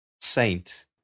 saint